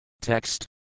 Text